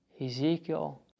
Ezekiel